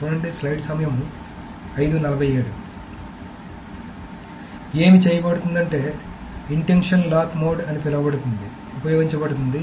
కాబట్టి ఏమి చేయబడుతుందంటే ఇంటెన్షన్ లాక్ మోడ్ అని పిలవబడుతుంది ఉపయోగించబడుతోంది